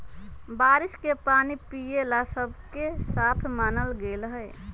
बारिश के पानी पिये ला सबसे साफ मानल गेलई ह